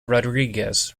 rodriguez